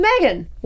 Megan